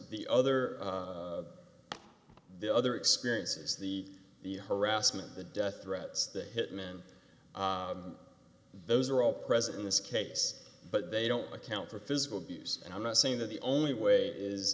the other the other experiences the the harassment the death threats the hitman those are all present in this case but they don't like count for physical abuse and i'm not saying that the only way is